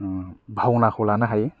बावना जों बावना खौ लानो